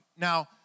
Now